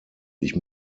ich